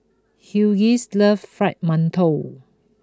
Hughie loves Fried Mantou